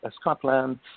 Scotland